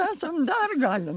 esam dar galim